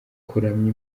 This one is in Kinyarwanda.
kuramya